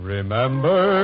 Remember